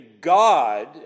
God